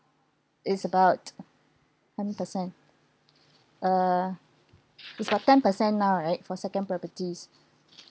is about how many percent uh is about ten percent now right for second properties